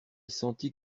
sentit